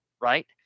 right